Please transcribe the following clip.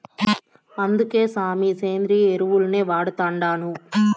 అందుకే సామీ, సేంద్రియ ఎరువుల్నే వాడతండాను